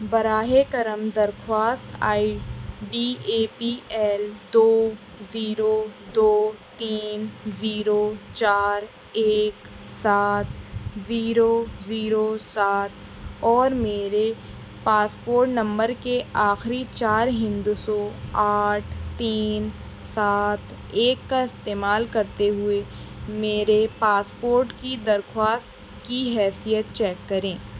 براہ کرم درخواست I D A P L دو زیرو دو تین زیرو چار ایک سات زیرو زیرو سات اور میرے پاسپورٹ نمبر کے آخری چار ہندسوں آٹھ تین سات ایک کا استعمال کرتے ہوئے میرے پاسپورٹ کی درخواست کی حیثیت چیک کریں